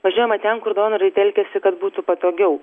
važiuojama ten kur donorai telkiasi kad būtų patogiau